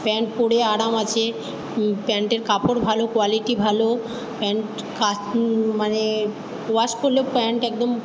pant পরে আরাম আছে প্যান্টের কাপড় ভালো কোয়ালিটি ভালো প্যান্ট মানে ওয়াশ করলেও প্যান্ট একদম